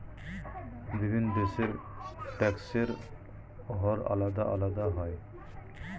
বিভিন্ন দেশের ট্যাক্সের হার আলাদা আলাদা হয়